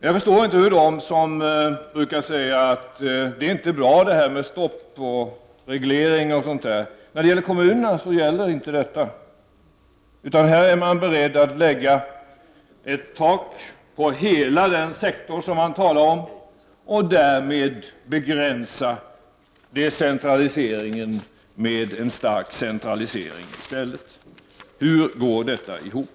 Jag förstår här inte dem som brukar säga att det inte är bra med lönestopp, regleringar o.s.v. För kommunerna gäller tydligen inte detta, utan man är beredd att sätta ett tak på hela den sektor man här talar om och därmed begränsa decentraliseringen och i stället få en stark centralisering. Hur går detta ihop?